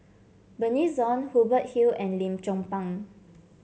Bernice Ong Hubert Hill and Lim Chong Pang